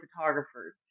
photographers